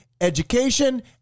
education